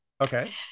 Okay